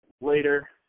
later